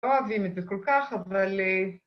‫לא אוהבים את זה כל כך אבל